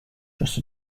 just